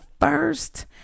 first